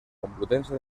complutense